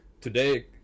today